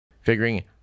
figuring